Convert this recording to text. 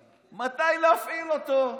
הוא מחליט מתי להפעיל אותו.